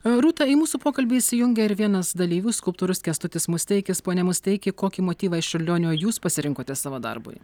rūta į mūsų pokalbį įsijungė ir vienas dalyvių skulptorius kęstutis musteikis pone musteiki kokį motyvą iš čiurlionio jūs pasirinkote savo darbui